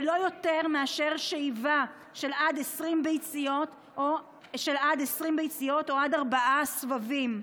ולא יותר מאשר שאיבה של עד 20 ביציות או עד ארבעה סבבים.